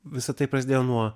visa tai prasidėjo nuo